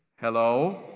hello